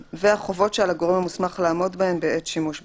והחובות שעל הגורם המוסמך לעמוד בהן בעת שימוש בסמכותו.